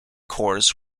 corps